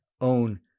own